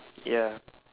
ya